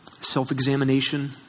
Self-examination